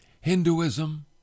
Hinduism